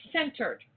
centered